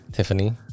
Tiffany